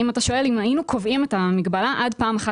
אם אתה שואל אם היינו קובעים את המגבלה עד פעם אחת